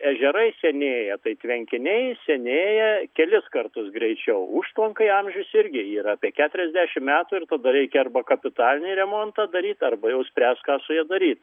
ežerai senėja tai tvenkiniai senėja kelis kartus greičiau užtvankai amžius irgi yra apie keturiasdešimt metų ir tada reikia arba kapitalinį remontą daryt arba jau spręst ką su ja daryt